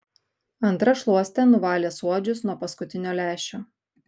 antra šluoste nuvalė suodžius nuo paskutinio lęšio